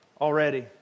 already